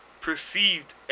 perceived